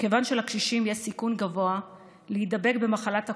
מכיוון שלקשישים יש סיכון גבוה להידבק במחלת הקורונה,